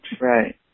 Right